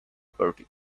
party